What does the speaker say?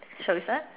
shall we start